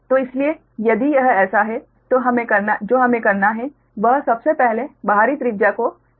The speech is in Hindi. तो इसलिए यह ऐसा है जो हमें करना है वह सबसे पहले बाहरी त्रिज्या को दिया गया है